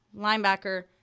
linebacker